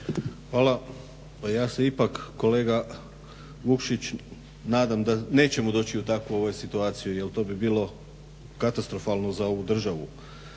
Hvala. Ja se ipak kolega Vukšić nadam da nećemo doći u takvu situaciju jel to bi bilo katastrofalno za ovu državu.